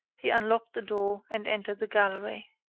he unlocked the door and entered the gallery.